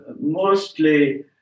mostly